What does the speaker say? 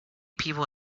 people